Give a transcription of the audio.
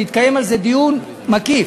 ויתקיים על זה דיון מקיף: